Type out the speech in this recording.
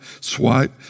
swipe